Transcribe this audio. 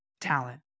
talent